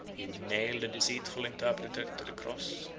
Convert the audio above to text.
he would nail the deceitful interpreter to the cross.